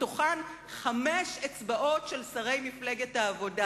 וחמש אצבעות של שרי מפלגת העבודה.